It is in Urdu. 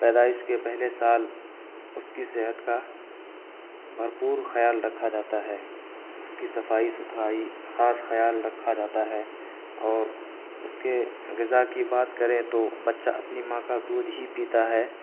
پیدائش کے پہلے سال اس کی صحت کا بھرپور خیال رکھا جاتا ہے اس کی صفائی ستھرائی خاص خیال رکھا جاتا ہے اور اس کے غذا کی بات کریں تو بچہ اپنی ماں کا دودھ ہی پیتا ہے